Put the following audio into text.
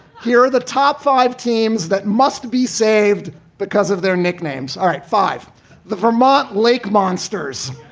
here are the top five teams that must be saved because of their nicknames. all right. five the vermont lake monsters.